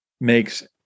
makes